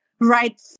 right